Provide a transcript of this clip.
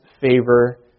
favor